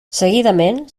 seguidament